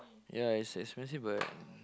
ya it's expensive but